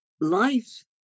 life